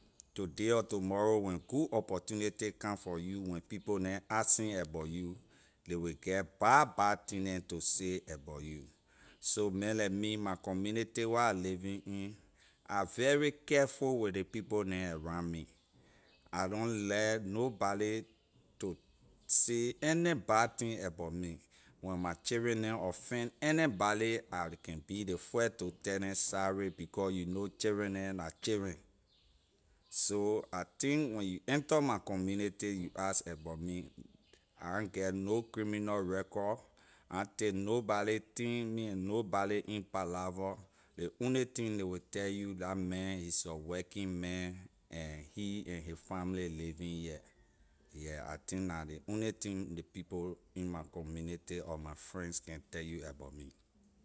Today or tomorrow when good opportunity come for you when people neh asking abor you ley wey get bad bad thing neh to say abor you so many like me my community where I living in I very careful with ley people neh around me I don’t leh nobody to say any bad thing about me when my children neh offend anybody I can be ley first to tell neh sorry becor you know children neh la children so I think when you enter my community you ask abor me I get no criminal record I na take nobody thing me and nobody in palava ley only thing ley will tell you la man he’s a working man and he and his family living here yeah I think la ley only thing ley people in my community or my friends can tell you abor me.